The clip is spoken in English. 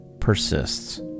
persists